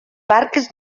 barques